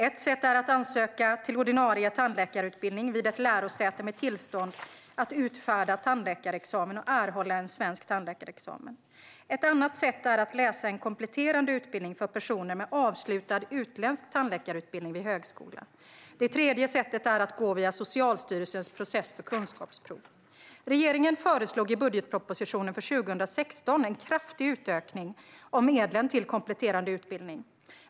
Ett sätt är att ansöka till ordinarie tandläkarutbildning vid ett lärosäte med tillstånd att utfärda tandläkarexamen och erhålla en svensk tandläkarexamen. Ett annat sätt är att läsa en kompletterande utbildning för personer med avslutad utländsk tandläkarutbildning vid högskola. Det tredje sättet är att gå via Socialstyrelsens process för kunskapsprov. Regeringen föreslog i budgetpropositionen för 2016 en kraftig utökning av medlen till kompletterande utbildning.